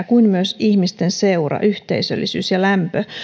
kuin myös ihmisten seura yhteisöllisyys ja lämpö